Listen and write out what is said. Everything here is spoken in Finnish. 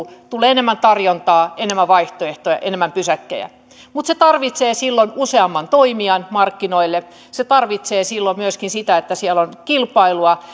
tulee enemmän tarjontaa enemmän vaihtoehtoja enemmän pysäkkejä mutta se tarvitsee silloin useamman toimijan markkinoille se tarvitsee silloin myöskin sitä että siellä on kilpailua